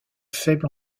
faible